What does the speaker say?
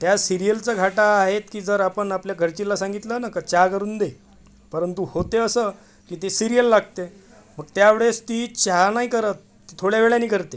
त्या सिरियलचा घाटा आहे की जर आपण आपल्या घरचीला सांगितलं ना का चहा करून दे परंतु होते असं की ते सिरियल लागते मग त्यावेळेस ती चहा नाही करत थोड्या वेळानी करते